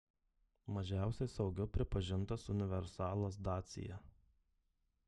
mažiausiai saugiu pripažintas universalas dacia